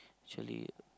actually